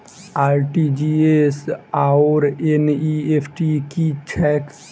RTGS आओर NEFT की छैक?